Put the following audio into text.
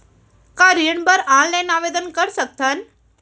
का ऋण बर ऑनलाइन आवेदन कर सकथन?